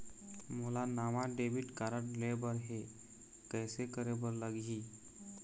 मोला नावा debit card लेबर हे, कइसे करे बर लगही?